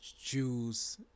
jews